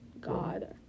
god